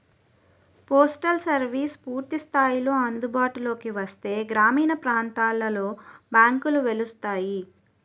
postal services పూర్తి స్థాయిలో అందుబాటులోకి వస్తే గ్రామీణ ప్రాంతాలలో బ్యాంకులు వెలుస్తాయి